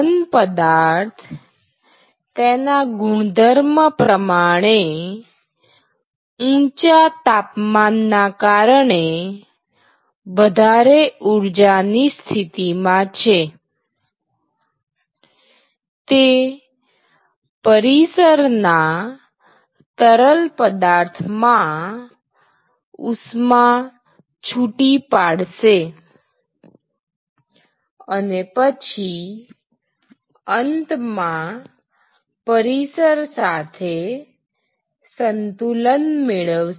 ઘન પદાર્થ તેના ગુણધર્મ પ્રમાણે ઊંચા તાપમાનના કારણે વધારે ઉર્જા ની સ્થિતિમાં છે તે પરિસરના તરલ પદાર્થમાં ઉષ્મા છુટી પાડશે અને પછી અંતમાં પરિસર સાથે સંતુલન મેળવશે